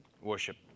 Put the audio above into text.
worship